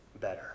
better